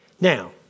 Now